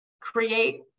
create